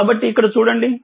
కాబట్టిఇక్కడచూడండి